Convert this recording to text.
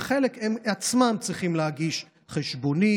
ועל חלק הם עצמם צריכים להגיש חשבונית,